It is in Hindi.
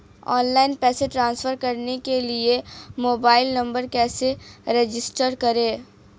ऑनलाइन पैसे ट्रांसफर करने के लिए मोबाइल नंबर कैसे रजिस्टर करें?